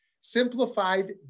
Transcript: simplified